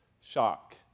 shock